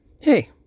hey